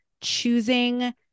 choosing